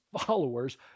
followers